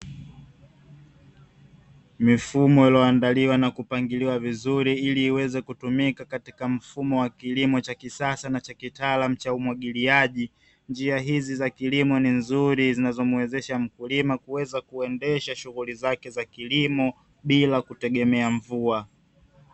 Mifumo iliyoandaliwa na kupangiliwa vizuri ili iweze kutumika katika mfumo wa kilimo cha kisasa na cha kitaalamu cha umwagiliaji, njia hizi za kilimo ni nzuri zinazomuwezesha mkulima kuweza kuendesha shughuli zake za kilimo bila kutegemea mvua.